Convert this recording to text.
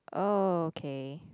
oh okay